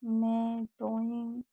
मैं ड्राॅइंग